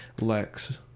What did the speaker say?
Lex